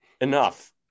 enough